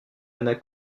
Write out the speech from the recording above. anna